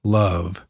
love